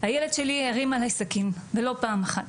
הילד שלי הרים עליי סכין ולא פעם אחת